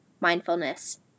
mindfulness